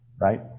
right